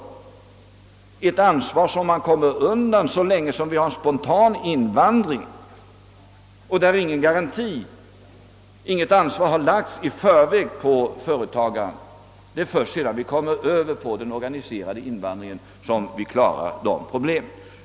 Detta ansvar slip per de ifrån så länge vi har spontan invandring, varvid inget ansvar i förväg har lagts på företagarna. Det är först sedan vi fått invandringen organiserad som vi kan lösa dessa problem.